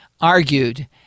argued